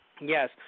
Yes